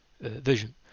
vision